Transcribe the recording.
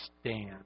stand